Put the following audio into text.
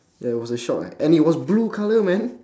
and it was a shock leh and it was blue colour man